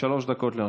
שלוש דקות לרשותך.